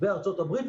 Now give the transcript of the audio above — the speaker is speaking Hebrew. בארצות הברית,